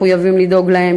מחויבים לדאוג להם,